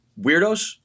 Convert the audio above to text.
weirdos